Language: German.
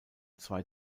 zwei